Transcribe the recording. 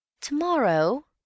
Tomorrow